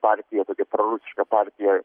partija prorusiška partija